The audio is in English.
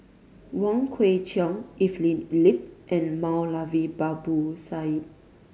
Wong Kwei Cheong Evelyn Lip and Moulavi Babu Sahib